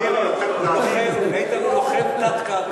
איתן הוא לוחם תת-קרקע.